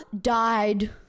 died